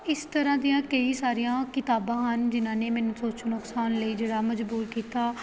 ਇਸ ਤਰ੍ਹਾਂ ਦੀਆਂ ਕਈ ਸਾਰੀਆਂ ਕਿਤਾਬਾਂ ਹਨ ਜਿਨ੍ਹਾਂ ਨੇ ਮੈਨੂੰ ਸੋਚਣ ਉਕਸਾਉਣ ਲਈ ਜਿਹੜਾ ਮਜਬੂਰ ਕੀਤਾ